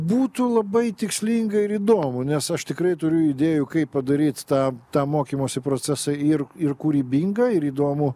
būtų labai tikslinga ir įdomu nes aš tikrai turiu idėjų kaip padaryt tą tą mokymosi procesą ir ir kūrybingą ir įdomų